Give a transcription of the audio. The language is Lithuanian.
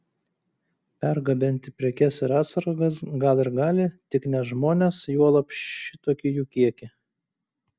pergabenti prekes ir atsargas gal ir gali tik ne žmones juolab šitokį jų kiekį